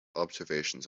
observations